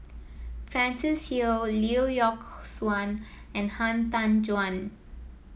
Francis Seow Lee Yock Suan and Han Tan Juan